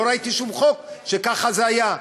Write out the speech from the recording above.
לא ראיתי שום חוק שככה זה היה.